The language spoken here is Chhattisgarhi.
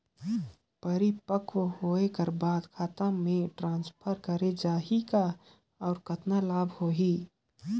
परिपक्व होय कर बाद खाता मे ट्रांसफर करे जा ही कौन और कतना लाभ होही?